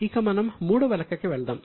ఇక మనం మూడవ లెక్క కి వెళ్దాం